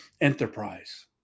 enterprise